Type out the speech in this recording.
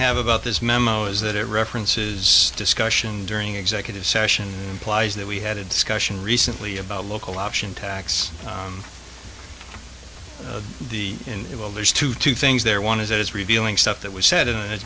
have about this memo is that it references discussion during executive session implies that we had a discussion recently about local option tax the in the well there's two two things there one is it is revealing stuff that was s